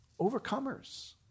Overcomers